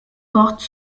porte